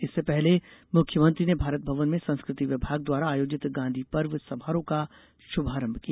इससे पहले मुख्यमंत्री ने भारत भवन में संस्कृति विभाग द्वारा आयोजित गांधी पर्व समारोह का शुभारंभ किया